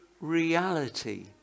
reality